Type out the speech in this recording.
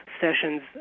sessions